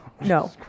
no